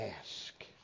ask